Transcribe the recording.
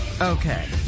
Okay